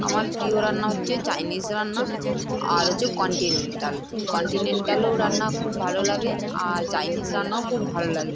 আমার প্রিয় রান্না হচ্ছে চাইনিজ রান্না আর হচ্ছে কন্টিনেন্টাল কন্টিনেন্টালেও রান্না খুব ভালো লাগে আর চাইনিজ রান্নাও খুব ভাল লাগে